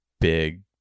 big